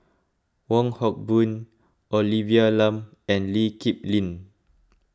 Wong Hock Boon Olivia Lum and Lee Kip Lin